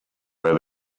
where